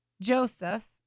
Joseph